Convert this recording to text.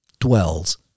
dwells